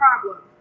problem